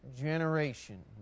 generation